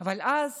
אבל אז